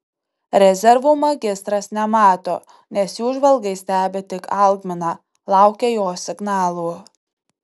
rezervų magistras nemato nes jų žvalgai stebi tik algminą laukia jo signalų